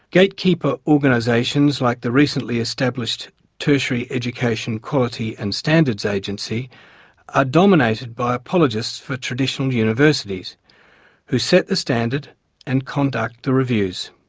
gatekeeper organisations like the recently established tertiary education quality and standards agency are dominated by apologists for traditional universities who set the standard and conduct the reviews.